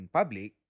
public